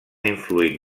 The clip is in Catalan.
influït